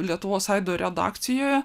lietuvos aido redakcijoje